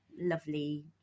lovely